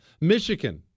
Michigan